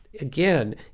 Again